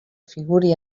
figure